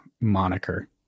moniker